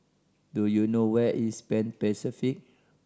do you know where is Pan Pacific